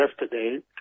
yesterday